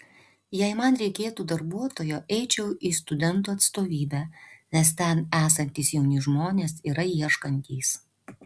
jei man reikėtų darbuotojo eičiau į studentų atstovybę nes ten esantys jauni žmonės yra ieškantys